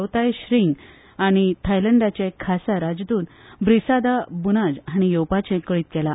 लोताय श्रींग आनी थायलंडचे खासा राजदूत ब्रिसादा बुनार्ज हांणी येवपाचे कळीत केला